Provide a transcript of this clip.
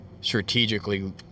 strategically